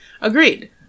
Agreed